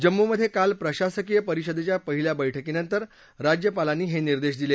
जम्मूमधे काल प्रशासकीय परिषदेच्या पहिल्या बैठकीनंतर राज्यपालांनी हे निर्देश दिले